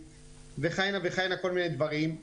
וכהנה וכהנה כל מיני דברים.